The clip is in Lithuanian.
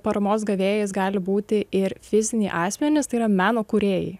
paramos gavėjais gali būti ir fiziniai asmenys tai yra meno kūrėjai